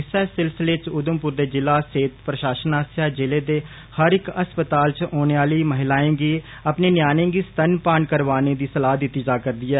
इस्सै सिलसिले च उधमपुर दे जिला सेहत प्रशासन आस्सेआ जिले दे हर इक अस्पताल च औने अह्ली महिला गी अपने म्यानेगी स्तनपान करवाने दी सलाह दित्ती जा करदी ऐ